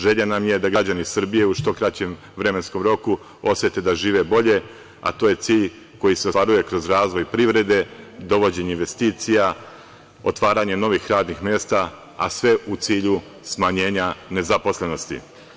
Želja nam je da građani Srbije u što kraćem vremenskom roku osete da žive bolje, a to je cilj koji se ostvaruje kroz razvoj privrede, dovođenje investicija, otvaranje novih radnih mesta, a sve u cilju smanjenja nezaposlenosti.